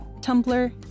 Tumblr